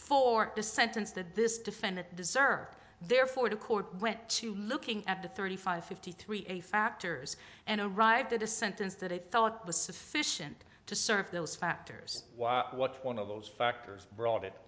for the sentence that this defendant deserved therefore the court went to looking at the thirty five fifty three a factors and arrived at a sentence that i thought was sufficient to serve those factors what one of those factors brought it